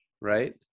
right